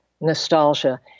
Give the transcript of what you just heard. nostalgia